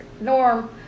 Norm